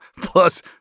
Plus